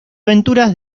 aventuras